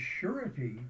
surety